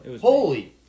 holy